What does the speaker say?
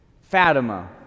Fatima